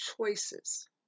choices